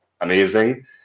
amazing